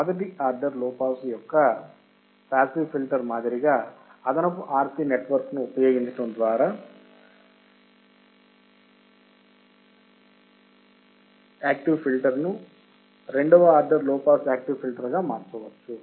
మొదటి order low pass యొక్క passive filter మాదిరిగా అదనపు RC నెట్వర్క్ను ఉపయోగించడం ద్వారా ఆర్డర్ యాక్టివ్ ఫిల్టర్ ను రెండవ order low pass active filter గా మార్చవచ్చు